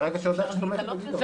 ברגע שהודעת שאת תומכת בגדעון.